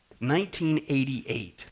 1988